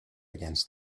against